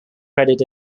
credit